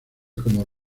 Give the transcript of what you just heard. como